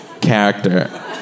character